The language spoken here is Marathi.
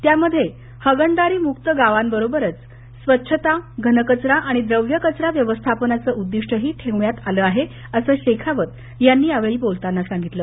त्यामध्ये हग्दारी मुक्त गावांबरोबरच स्वच्छता घन कचरा आणि द्रव्य कचरा व्यवस्थापनाचं उद्दिष्ट ठेवण्यात आलं असल्याचं शेखावत यांनी सांगितलं